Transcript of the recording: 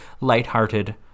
lighthearted